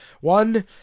One